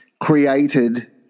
created